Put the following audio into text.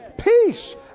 peace